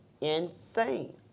insane